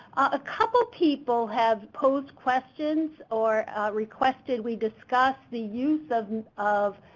a couple people have posed questions or requested we discuss the use of and of